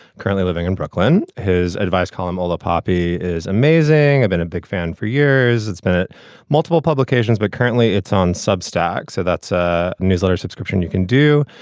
currently living in brooklyn. his advice column, all poppy, is amazing. i've been a big fan for years. it's been a multiple publications, but currently it's on substract. so that's a newsletter subscription you can do.